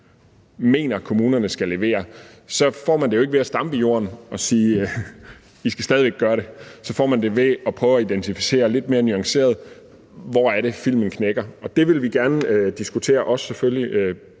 mener kommunerne skal levere, så får man det jo ikke ved at stampe i jorden og sige: I skal stadig væk gøre det. Så får man det ved at prøve at identificere lidt mere nuanceret, hvor det er, filmen knækker. Det vil vi selvfølgelig